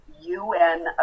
UN